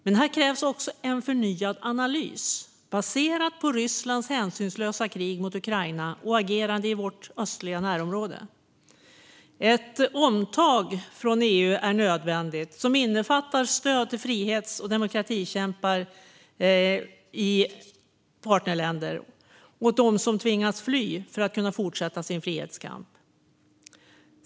Men här krävs det också en förnyad analys baserad på Rysslands hänsynslösa krig mot Ukraina och agerande i vårt östliga närområde. Ett omtag från EU är nödvändigt som innefattar stöd till frihets och demokratikämpar i partnerländerna och till dem som tvingats fly för att kunna fortsätta sin frihetskamp.